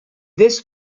this